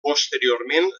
posteriorment